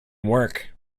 work